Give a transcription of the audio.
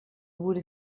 would